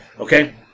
Okay